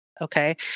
okay